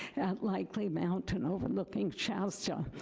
at likely mountain overlooking shasta,